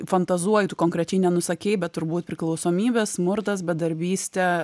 fantazuoju tu konkrečiai nenusakei bet turbūt priklausomybės smurtas bedarbystė